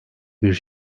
bir